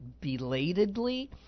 belatedly